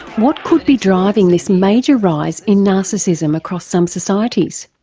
what could be driving this major rise in narcissism across some societies?